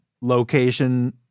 location